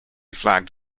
flagged